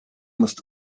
must